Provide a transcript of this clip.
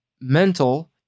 Mental